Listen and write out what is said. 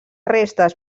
restes